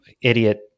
idiot